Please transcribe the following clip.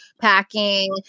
packing